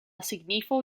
signifo